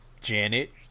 Janet